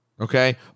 okay